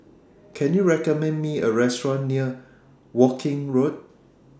Can YOU recommend Me A Restaurant near Woking Road